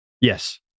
Yes